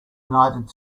united